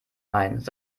meinst